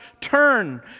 turn